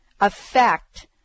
affect